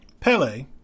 Pele